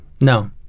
no